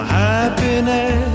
happiness